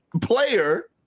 player